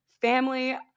family